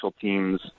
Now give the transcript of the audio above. teams